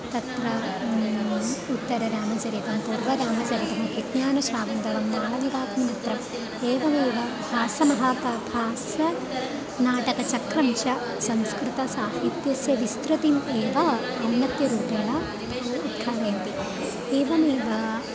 तत्र उत्तररामचरितं पूर्वरामचरितम् अभिज्ञानशाकुन्तलं मालविकाग्निमित्रम् एवमेव भासमहाकाव्यं भास्सनाटकचक्रं च संस्कृतसाहित्यस्य विस्तृतिम् एव औन्नत्यरूपेण उत्थापयति एवमेव